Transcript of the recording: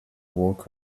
walk